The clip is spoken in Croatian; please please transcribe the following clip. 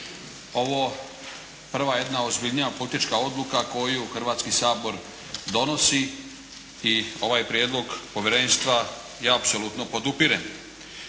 ovo prva jedna ozbiljna politička odluka koju Hrvatski sabor donosi i ovaj prijedlog Povjerenstva ja apsolutno podupirem.